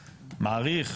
בניגוד להוראות סעיף קטן (טז)."